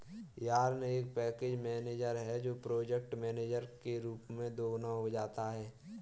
yarn एक package manager है जो प्रोजेक्ट मैनेजर के रूप में दोगुना हो जाता है